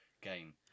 game